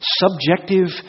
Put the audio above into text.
subjective